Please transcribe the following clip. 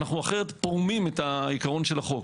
אנחנו אחרת פורמים את העיקרון של החוק.